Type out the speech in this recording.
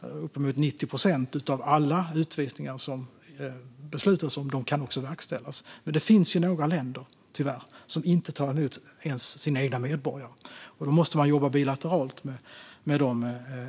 Uppemot 90 procent av alla utvisningar som det beslutas om kan också verkställas, men det finns tyvärr några länder som inte tar emot ens sina egna medborgare. Då måste man jobba bilateralt med dessa